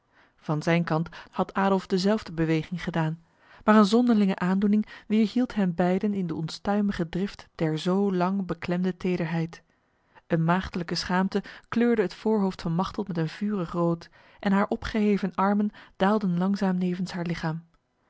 van zijn kant had adolf dezelfde beweging gedaan maar een zonderlinge aandoening weerhield hen beiden in de onstuimige drift der zo lang beklemde tederheid een maagdelijke schaamte kleurde het voorhoofd van machteld met een vurig rood en haar opgeheven armen daalden langzaam nevens haar lichaam